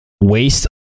waste